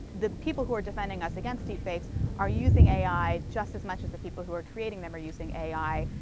the people who are defending us against deepfakes are using a i. just as much as the people who are creating them are using a i.